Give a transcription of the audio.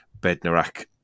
Bednarak